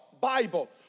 Bible